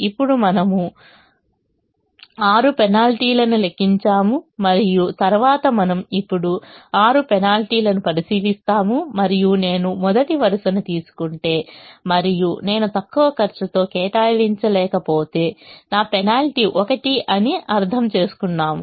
ఇప్పుడు మనము 6 పెనాల్టీలను లెక్కించాము మరియు తరువాత మనము ఇప్పుడు 6 పెనాల్టీలను పరిశీలిస్తాము మరియు నేను మొదటి వరుసను తీసుకుంటే మరియు నేను తక్కువ ఖర్చుతో కేటాయించలేకపోతే నా పెనాల్టీ 1 అని అర్థం చేసుకున్నాము